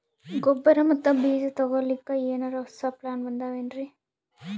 ಗೊಬ್ಬರ ಮತ್ತ ಬೀಜ ತೊಗೊಲಿಕ್ಕ ಎನರೆ ಹೊಸಾ ಪ್ಲಾನ ಬಂದಾವೆನ್ರಿ?